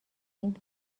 این